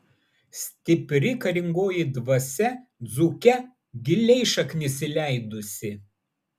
stipri karingoji dvasia dzūke giliai šaknis įleidusi